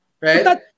right